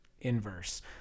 inverse